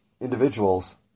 individuals